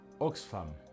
oxfam